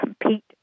compete